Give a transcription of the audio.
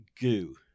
goo